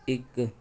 ਇੱਕ